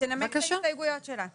שתנמק את ההסתייגויות שלה.